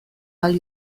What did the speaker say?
ahal